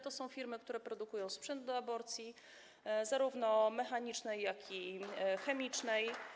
To są firmy, które produkują sprzęt do aborcji zarówno mechanicznej, jak i chemicznej.